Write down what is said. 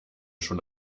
schon